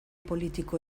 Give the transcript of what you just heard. politiko